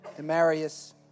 Demarius